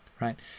right